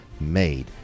made